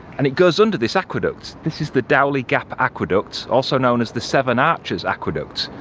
and it goes under this aqueduct, this is the dowley gap aqueduct, also known as the seven arches aqueduct.